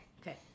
Okay